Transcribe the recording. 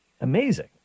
amazing